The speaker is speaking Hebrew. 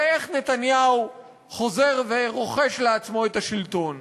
הרי איך נתניהו חוזר ורוכש לעצמו את השלטון?